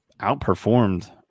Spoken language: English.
outperformed